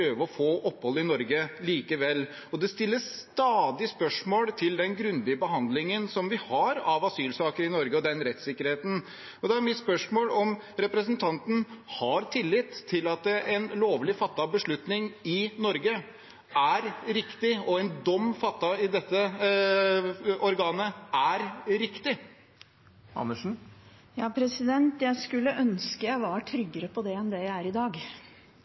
å få opphold i Norge likevel, og det stilles stadig spørsmål ved den grundige behandlingen vi har av asylsaker i Norge, og ved rettssikkerheten. Da er mitt spørsmål: Har representanten tillit til at en lovlig fattet beslutning i Norge er riktig, og at en dom fattet i dette organet er riktig? Jeg skulle ønske jeg var tryggere på det enn det jeg er i dag.